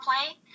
play